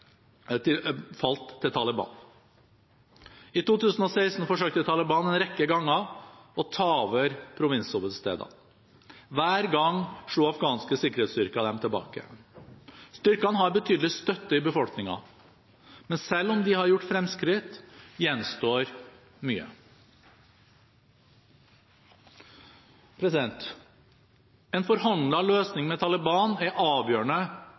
falt til Taliban. I 2016 forsøkte Taliban en rekke ganger å ta over provinshovedsteder. Hver gang slo afghanske sikkerhetsstyrker dem tilbake. Styrkene har betydelig støtte i befolkningen. Men selv om de har gjort fremskritt, gjenstår mye. En forhandlet løsning med Taliban er avgjørende